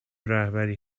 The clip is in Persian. رهبری